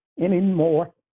anymore